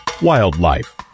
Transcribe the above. Wildlife